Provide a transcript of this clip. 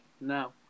No